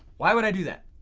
why would i do that?